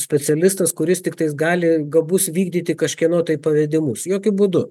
specialistas kuris tiktais gali gabus vykdyti kažkieno tai pavedimus jokiu būdu